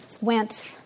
went